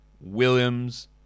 Williams